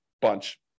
bunch